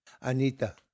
Anita